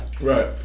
Right